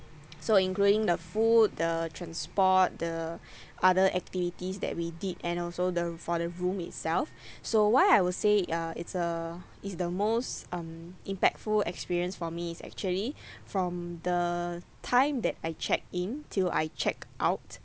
so including the food the transport the other activities that we did and also the for the room itself so why I will say uh it's a it's the most um impactful experience for me is actually from the time that I checked in till I checked out